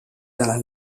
dalla